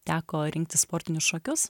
teko rinktis sportinius šokius